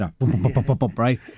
right